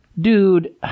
Dude